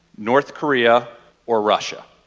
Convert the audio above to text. north korea or russia?